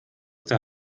der